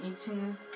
eating